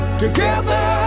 together